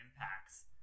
impacts